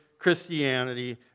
Christianity